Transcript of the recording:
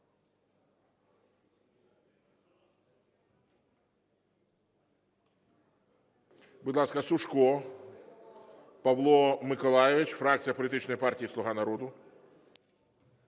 Будь ласка, Сушко Павло Миколайович, фракція політичної партії "Слуга народу".